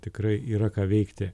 tikrai yra ką veikti